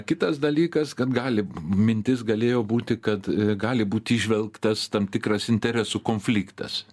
kitas dalykas kad gali mintis galėjo būti kad gali būti įžvelgtas tam tikras interesų konfliktas